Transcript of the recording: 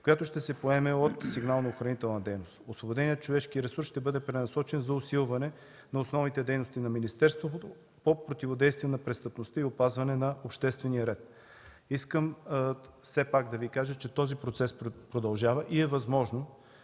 която ще се поеме от „Сигнално-охранителната дейност”. Освободеният човешки ресурс ще бъде пренасочен за усилване на основните дейности на министерството по противодействие на престъпността и опазване на обществения ред. Искам да Ви кажа, че процесът продължава и е възможно